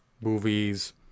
movies